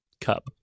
cup